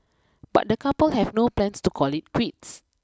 but the couple have no plans to call it quits